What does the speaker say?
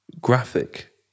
graphic